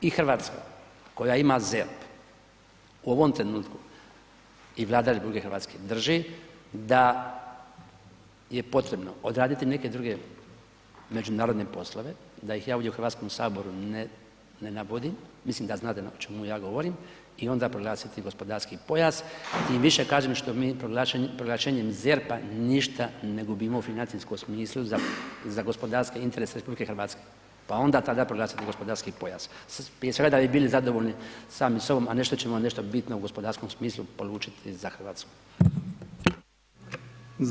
I RH koja ima ZERP u ovom trenutku i Vlada RH drži da je potrebno odraditi neke druge međunarodne poslove, da ih ja ovdje u HS ne navodim, mislim da znate o čemu ja govorim i onda proglasiti gospodarski pojas, tim više kažem što mi proglašenjem ZERP-a ništa ne gubimo u financijskom smislu za gospodarske interese RH, pa onda tada proglasiti gospodarski pojas, prije svega da bi bili zadovoljni sami sa sobom, a ne što ćemo nešto bitno u gospodarskom smislu polučiti za RH.